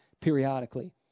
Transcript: periodically